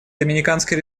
доминиканской